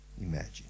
imagine